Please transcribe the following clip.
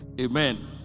Amen